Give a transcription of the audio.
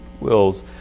wills